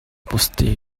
бусдын